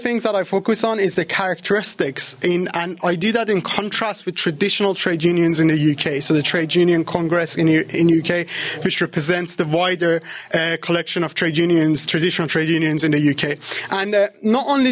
things that i focus on is the characteristics in and i do that in contrast with traditional trade unions in the uk so the trade union congress in the uk which represents the void er collection of trade unions traditional trade unions in the uk and not only